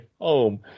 home